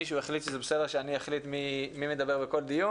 מישהו החליט שאני אחליט מי מדבר בכל דיון